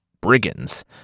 brigands